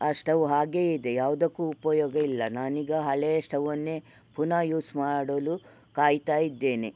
ಆ ಶ್ಟವ್ ಹಾಗೇ ಇದೆ ಯಾವುದಕ್ಕೂ ಉಪಯೋಗ ಇಲ್ಲ ನಾನೀಗ ಹಳೆ ಶ್ಟವ್ವನ್ನೇ ಪುನಃ ಯೂಸ್ ಮಾಡಲು ಕಾಯ್ತಾ ಇದ್ದೇನೆ